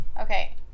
Okay